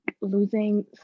losing